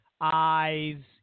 eyes